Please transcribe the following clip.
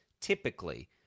typically